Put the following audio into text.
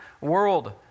world